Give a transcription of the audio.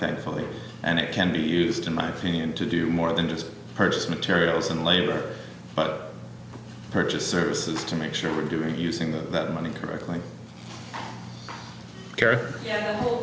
thankfully and it can be used in my opinion to do more than just purchase materials and labor but purchase services to make sure we're doing using that money correctly